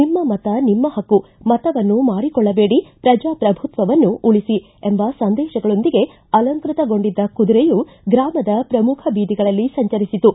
ನಿಮ್ಮ ಮತ ನಿಮ್ಮ ಹಕ್ಕು ಮತವನ್ನು ಮಾರಿಕೊಳ್ಳಬೇಡಿ ಪ್ರಜಾಪ್ರಭುತ್ವವನ್ನು ಉಳಿಸಿ ಎಂಬ ಸಂದೇಶಗಳೊಂದಿಗೆ ಅಲಂಕೃತಗೊಂಡಿದ್ದ ಕುದುರೆಯು ಗ್ರಾಮದ ಶ್ರಮುಖ ಬೀದಿಗಳಲ್ಲಿ ಸಂಚರಿಸಿತು